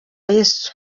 yesu